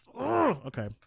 okay